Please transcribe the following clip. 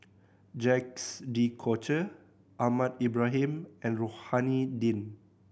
Jacques De Coutre Ahmad Ibrahim and Rohani Din